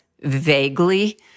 vaguely